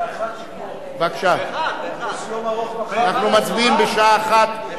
אנחנו מצביעים בשעה 01:00,